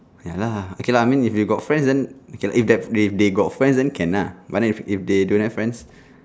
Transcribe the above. ya lah okay lah I mean if you got friends then okay lah if that they they got friend then can lah but then if if they don't have friends